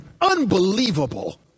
Unbelievable